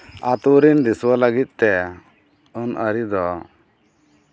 ᱟᱹᱛᱩ ᱨᱮᱱ ᱫᱤᱥᱩᱣᱟᱹ ᱞᱟᱹᱜᱤᱫ ᱛᱮ ᱟᱹᱱᱼᱟᱹᱨᱤ ᱫᱚ